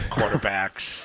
Quarterbacks